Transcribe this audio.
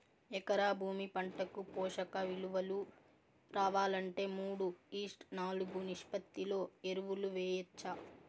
ఎకరా భూమి పంటకు పోషక విలువలు రావాలంటే మూడు ఈష్ట్ నాలుగు నిష్పత్తిలో ఎరువులు వేయచ్చా?